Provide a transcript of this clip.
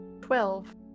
Twelve